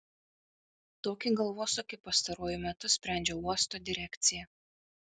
tokį galvosūkį pastaruoju metu sprendžia uosto direkcija